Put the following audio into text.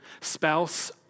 spouse